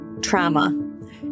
trauma